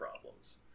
problems